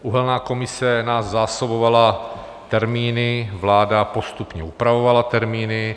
Uhelná komise nás zásobovala termíny, vláda postupně upravovala termíny.